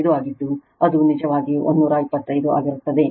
5 ಆಗಿದ್ದು ಅದು ನಿಜವಾಗಿ 125 ಆಗಿರುತ್ತದೆ